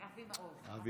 מעבר